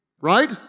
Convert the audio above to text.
right